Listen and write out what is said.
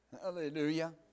Hallelujah